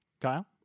Kyle